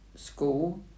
school